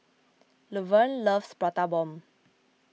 Luverne loves Prata Bomb